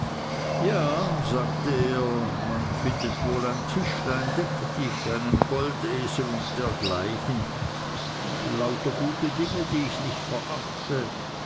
ja sagte er man findet wohl ein tischchen deck dich einen goldesel und dergleichen lauter gute dinge die ich nicht verachte